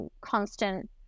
constant